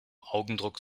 augendruck